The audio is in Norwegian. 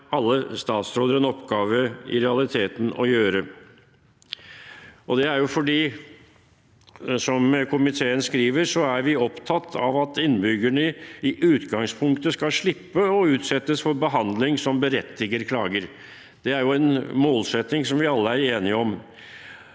alle statsråder i realiteten en oppgave å gjøre. Som komiteen skriver, er vi opptatt av at innbyggerne i utgangspunktet skal slippe å utsettes for behandling som berettiger klager. Det er en målsetting vi alle er enige om.